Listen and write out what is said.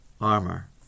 armor